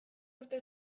urte